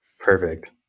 Perfect